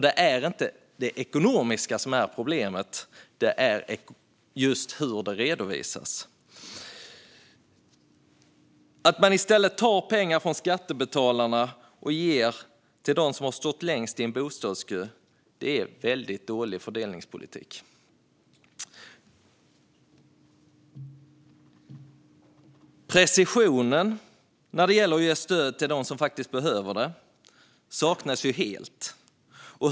Det är inte det ekonomiska som är problemet; det är just hur det redovisas. Att man i stället tar pengar från skattebetalarna och ger till dem som har stått längst i bostadskö är väldigt dålig fördelningspolitik. Precisionen när det gäller att ge stöd till dem som faktiskt behöver det saknas helt.